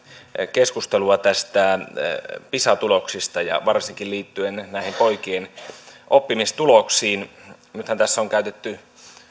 keskustelua näistä pisa tuloksista ja varsinkin liittyen näihin poikien oppimistuloksiin nythän tässä on käytetty